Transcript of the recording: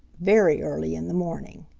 very early in the morning.